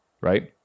right